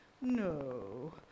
No